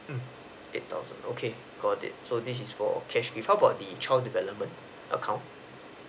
mm eight thousand okay got it so this is for cash gift how about the child development account